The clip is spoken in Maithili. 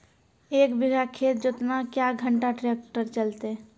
एक बीघा खेत जोतना क्या घंटा ट्रैक्टर चलते?